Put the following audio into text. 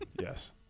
Yes